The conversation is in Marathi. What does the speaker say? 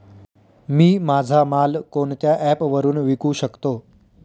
मी माझा माल कोणत्या ॲप वरुन विकू शकतो?